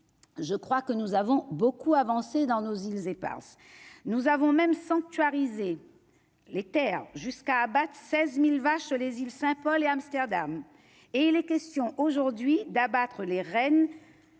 je crois que nous avons beaucoup avancé dans nos îles Eparses, nous avons même sanctuariser les Terres jusqu'à abattre 16000 vaches, les îles Saint-Paul et Amsterdam et il est question aujourd'hui d'abattre les rênes